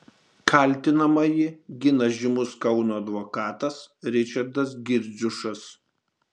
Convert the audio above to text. kaltinamąjį gina žymus kauno advokatas ričardas girdziušas